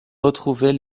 retrouver